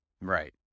Right